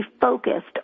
focused